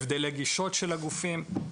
הבדלי גישות של הגופים,